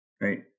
right